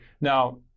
Now